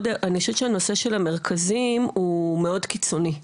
אני חושבת שהנושא של המרכזים הוא מאוד קיצוני,